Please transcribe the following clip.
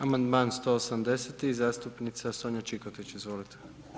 Amandman 180. zastupnica Sonja Čikotić, izvolite.